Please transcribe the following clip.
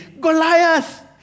Goliath